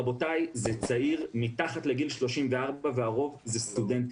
רבותיי, זה צעיר מתחת לגיל 34, והרוב זה סטודנטים.